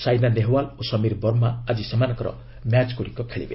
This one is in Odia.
ସାଇନା ନେହୱାଲ୍ ଓ ସମୀର ବର୍ମା ଆଜି ସେମାନଙ୍କ ମ୍ୟାଚ୍ ଖେଳିବେ